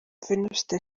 venuste